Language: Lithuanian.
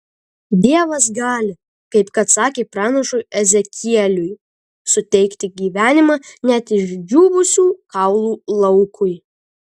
dievas gali kaip kad sakė pranašui ezekieliui suteikti gyvenimą net išdžiūvusių kaulų laukui